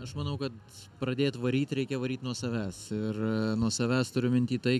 aš manau kad pradėt varyt reikia varyt nuo savęs ir nuo savęs turiu minty tai